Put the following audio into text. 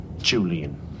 Julian